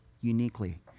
uniquely